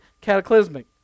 cataclysmic